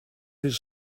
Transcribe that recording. his